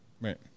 Right